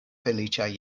feliĉaj